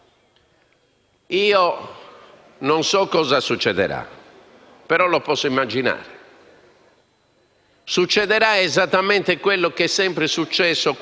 L'unica cosa che funzionerà, Presidente, è il sistema di condoni rispetto all'obbligo di pagare le imposte che qualcuno non ha osservato.